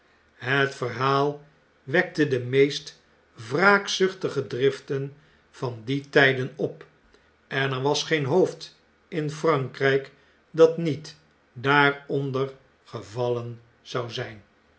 het verhaal wekte de meest wraakzuchtige driften van die tflden op en er was geen hoofdinfrankriyk dat niet daaronder gevallen zou zgn